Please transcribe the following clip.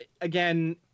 Again